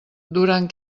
durant